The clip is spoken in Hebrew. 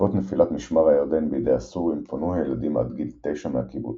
בעקבות נפילת משמר הירדן בידי הסורים פונו הילדים עד גיל תשע מהקיבוץ.